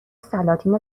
سلاطین